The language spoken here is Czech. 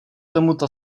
tomuto